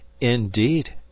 INDEED